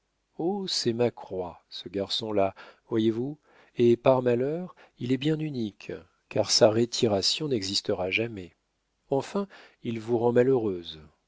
c'est ma croix ce garçon-là voyez-vous et par malheur il est bien unique car sa retiration n'existera jamais enfin il vous rend malheureuse